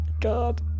God